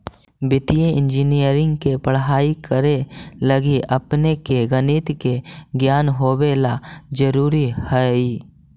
वित्तीय इंजीनियरिंग के पढ़ाई करे लगी अपने के गणित के ज्ञान होवे ला जरूरी हई